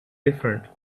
different